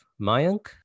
Mayank